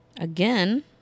Again